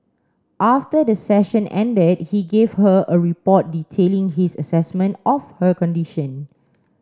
after the session ended he gave her a report detailing his assessment of her condition